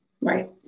Right